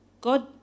God